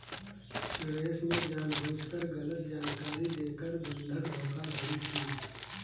सुरेश ने जानबूझकर गलत जानकारी देकर बंधक धोखाधड़ी की